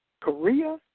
Korea